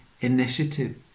initiative